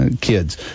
kids